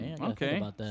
Okay